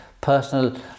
personal